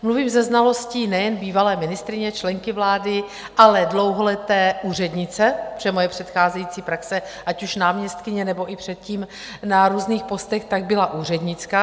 Mluvím se znalostí nejen bývalé ministryně, členky vlády, ale dlouholeté úřednice, protože moje předcházející praxe, ať už náměstkyně, nebo i předtím na různých postech, byla striktně úřednická.